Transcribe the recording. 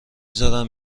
زارن